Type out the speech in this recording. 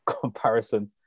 comparison